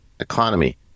economy